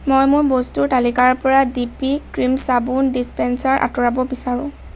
মই মোৰ বস্তুৰ তালিকাৰ পৰা ডিপি ক্ৰীম চাবোন ডিছপেন্ছাৰ আঁতৰাব বিচাৰোঁ